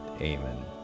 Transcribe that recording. amen